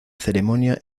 ceremonia